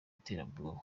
iterabwoba